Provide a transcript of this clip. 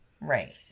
Right